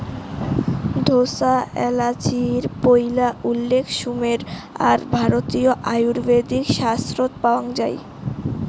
ঢোসা এ্যালাচির পৈলা উল্লেখ সুমের আর ভারতীয় আয়ুর্বেদিক শাস্ত্রত পাওয়াং যাই